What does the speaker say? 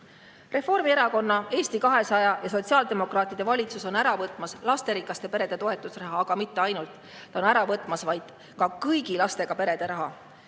Reformierakonna, Eesti 200 ja sotsiaaldemokraatide valitsus on ära võtmas lasterikaste perede toetusraha. Aga mitte ainult, valitsus on ära võtmas ka kõigi lastega perede raha.